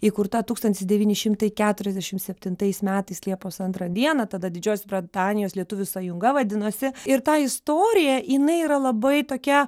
įkurta tūkstantis devyni šimtai keturiasdešim septintais metais liepos antrą dieną tada didžiosios britanijos lietuvių sąjunga vadinosi ir ta istorija jinai yra labai tokia